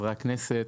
חברי הכנסת,